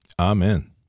Amen